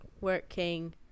working